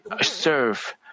serve